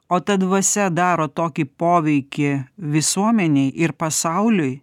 o ta dvasia daro tokį poveikį visuomenei ir pasauliui